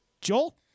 Joel